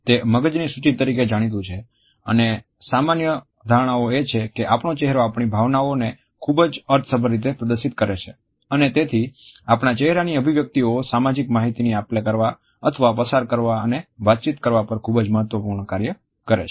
તે મગજની સૂચી તરીકે જાણીતું છે અને સામાન્ય ધારણા એ છે કે આપણો ચહેરો આપણી ભાવનાઓને ખૂબજ અર્થસભર રીતે પ્રદર્શિત કરે છે અને તેથી આપણા ચહેરાની અભિવ્યક્તિઓ સામાજિક માહિતીની આપ લે કરવા અથવા પસાર કરવા અને વાતચીત કરવા પર ખૂબજ મહત્વપૂર્ણ કાર્ય કરે છે